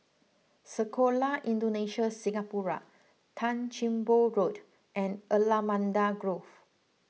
Sekolah Indonesia Singapura Tan Sim Boh Road and Allamanda Grove